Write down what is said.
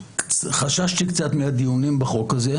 חששתי קצת מהדיונים בחוק הזה,